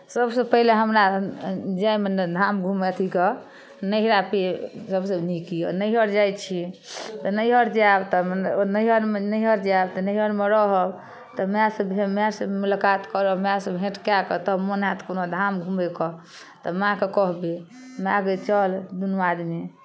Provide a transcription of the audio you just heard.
सभसँ पहिले हमरा जाइमे नहि धाम घूमै अथि कऽ नैहरा सभसँ नीक यए नैहर जाइ छी तऽ नैहर जायब तऽ नैहरमे रहब तऽ मायसँ भेँ मायसँ मुलाकात करब मायसँ भेँट कए कऽ तब मोन हैत कोनो धाम घूमयके तऽ माँकेँ कहबै माय गै चल दुनू आदमी